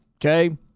Okay